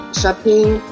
shopping